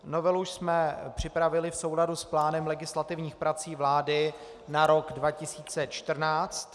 Novelu jsme připravili v souladu s plánem legislativních prací vlády na rok 2014.